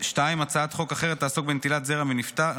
הצעת חוק אחרת תעסוק בנטילת זרע מנפטר,